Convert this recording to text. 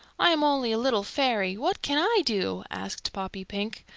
i am only a little fairy. what can i do? asked poppypink.